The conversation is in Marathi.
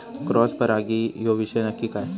क्रॉस परागी ह्यो विषय नक्की काय?